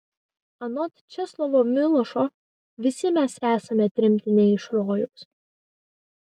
anot česlovo milošo visi mes esame tremtiniai iš rojaus